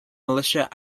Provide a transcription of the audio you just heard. militia